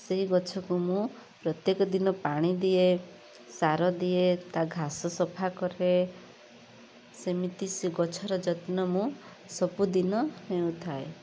ସେଇ ଗଛକୁ ମୁଁ ପ୍ରତ୍ୟେକ ଦିନ ପାଣି ଦିଏ ସାର ଦିଏ ତା ଘାସ ସଫା କରେ ସେମିତି ସେ ଗଛର ଯତ୍ନ ମୁଁ ସବୁଦିନ ନେଉଥାଏ